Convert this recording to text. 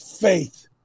faith